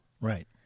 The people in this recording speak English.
Right